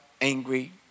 angry